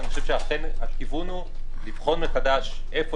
אני חושב שאכן הכיוון הוא לבחון מחדש איפה